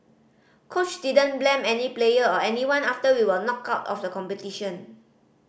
coach didn't blame any player or anyone after we were knocked out of the competition